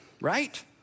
Right